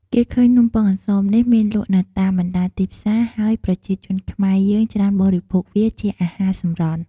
គេឃើញនំំពងអន្សងនេះមានលក់នៅតាមបណ្តាទីផ្សារ ហើយប្រជាជនខ្មែរយើងច្រើនបរិភោគវាជាអាហារសម្រន់។